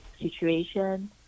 situation